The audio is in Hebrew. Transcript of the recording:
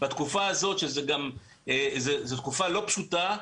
בתקופה הזאת שהיא תקופה לא פשוטה,